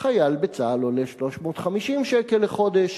שחייל בצה"ל עולה 350 שקל לחודש,